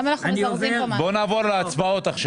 בואו נעבור להצבעות.